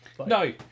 No